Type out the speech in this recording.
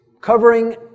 covering